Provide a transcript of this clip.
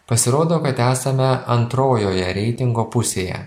pasirodo kad esame antrojoje reitingo pusėje